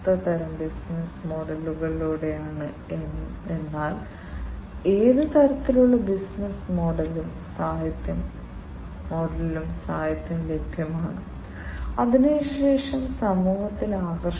ഈ അവലംബങ്ങളിൽ ചിലത് ഇവിടെയുണ്ട് നിങ്ങൾക്ക് കൂടുതൽ താൽപ്പര്യമുണ്ടെങ്കിൽ ഞാൻ സംസാരിച്ച ഇവയിൽ ഓരോന്നും കൂടുതൽ ആഴത്തിൽ പരിശോധിക്കാൻ നിങ്ങളെ സഹായിക്കും